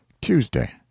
TUESDAY